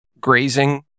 grazing